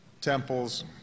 temples